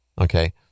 okay